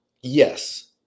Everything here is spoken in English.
yes